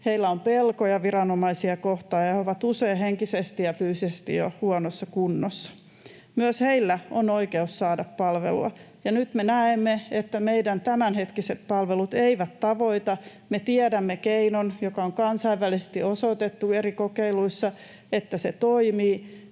Heillä on pelkoja viranomaisia kohtaan, ja he ovat usein jo henkisesti ja fyysisesti huonossa kunnossa. Myös heillä on oikeus saada palvelua. Nyt me näemme, että meidän tämänhetkiset palvelut eivät tavoita, me tiedämme keinon, joka on kansainvälisesti osoitettu eri kokeiluissa, että se toimii,